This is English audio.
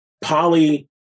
poly